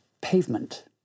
pavement